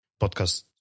podcast